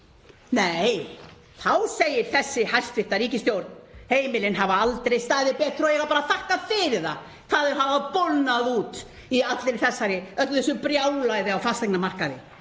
Nei, þá segir þessi hæstv. ríkisstjórn: Heimilin hafa aldrei staðið betur og eiga bara að þakka fyrir hvað þau hafa bólgnað út í öllu þessu brjálæði á fasteignamarkaði.